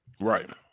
Right